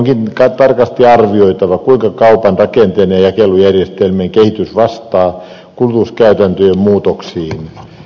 onkin tarkasti arvioitava kuinka kaupan rakenteen ja jakelujärjestelmien kehitys vastaa kulutuskäytäntöjen muutoksiin